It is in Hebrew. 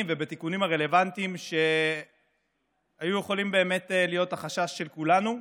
ובתיקונים הרלוונטיים שהיו יכולים באמת להיות החשש של כולנו,